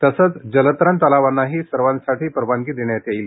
तसंच जलतरण तलावांनाही सर्वांसाठी परवानगी देण्यात येईल